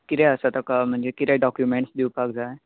कितें आसा ताका म्हणजे कितें डॉक्युमेंट्स दिवपाक जाय